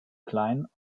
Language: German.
klein